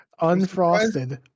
Unfrosted